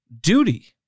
duty